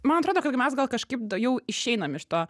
man atrodo kad mes gal kažkaip da jau išeinam iš to